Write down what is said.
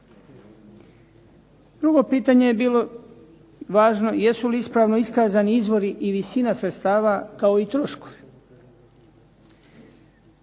Drugo pitanje je bilo važno, jesu li ispravno iskazani izvori i visina sredstava kao i troškovi.